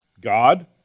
God